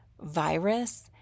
virus